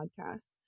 podcast